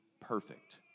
perfect